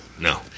No